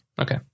Okay